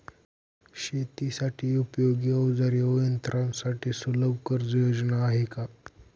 शेतीसाठी उपयोगी औजारे व यंत्रासाठी सुलभ कर्जयोजना आहेत का?